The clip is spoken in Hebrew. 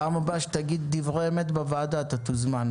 כ"ב באייר תתקיים ועדת סמפכ"ל בנושא העברת המידע,